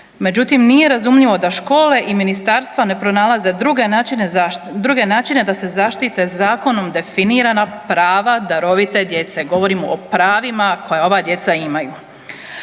Međutim, nije razumljivo da škole i ministarstva ne pronalaze druge načine da se zaštite zakonom definirana prava darovite djece, govorim o pravima koja ova djeca imaju.